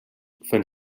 fent